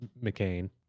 McCain